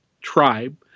tribe